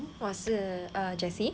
我是 err jessie